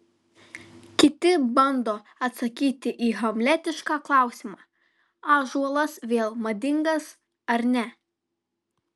kiti bando atsakyti į hamletišką klausimą ąžuolas vėl madingas ar ne